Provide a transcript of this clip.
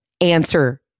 answer